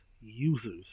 users